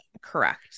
correct